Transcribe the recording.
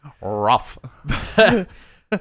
Rough